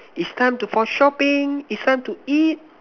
it's time to for shopping it's time to eat